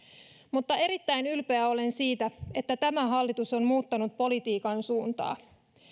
mutta erittäin ylpeä olen siitä että tämä hallitus on muuttanut politiikan suuntaa